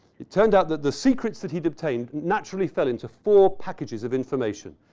it turned out that the secrets that he detained naturally fell into four packages of information.